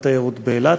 בתיירות באילת,